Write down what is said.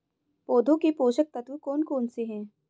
पौधों के पोषक तत्व कौन कौन से हैं?